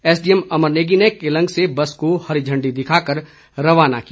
SDM Amar Negi ने केलंग से bus को हरी झंडी दिखाकर रवाना किया